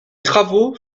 travaux